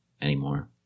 anymore